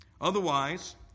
Otherwise